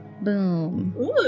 Boom